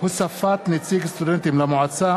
(הוספת נציג סטודנטים למועצה),